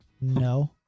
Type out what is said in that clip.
No